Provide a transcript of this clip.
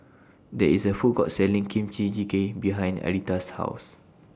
There IS A Food Court Selling Kimchi Jjigae behind Aretha's House